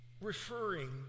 Referring